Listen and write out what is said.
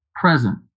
present